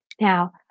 Now